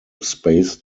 space